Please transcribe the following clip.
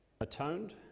atoned